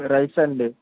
rice అండి